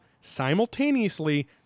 simultaneously